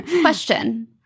Question